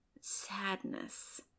sadness